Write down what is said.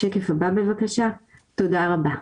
תודה רבה.